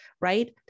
right